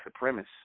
supremacist